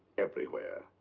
everywhere,